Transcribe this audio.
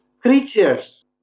creatures